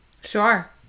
Sure